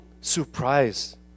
surprise